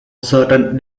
certain